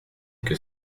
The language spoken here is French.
que